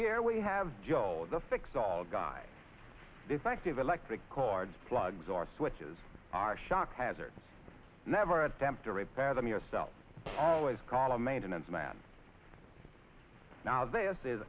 here we have joe the fix all guy effective electric cords plugs our switches are shock hazard never attempt to repair them yourself always call a maintenance man now this is